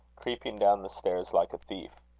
creeping down the stairs like a thief.